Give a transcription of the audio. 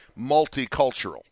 multicultural